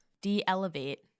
de-elevate